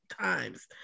times